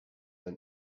than